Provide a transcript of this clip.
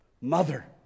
Mother